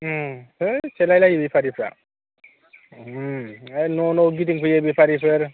है सेलाय लायो बेफारिफ्रा ओय न' न' गिदिंफैयो बेफारिफोर